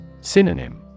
Synonym